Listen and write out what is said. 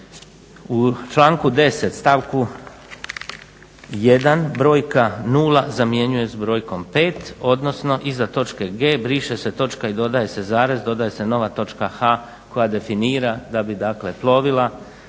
u članku 10. stavku 1. brojka 0 zamjenjuje s brojkom 5, odnosno iza točke g. briše se točka i dodaje se zarez, dodaje se nova točka h. koja definira da bi dakle